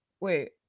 wait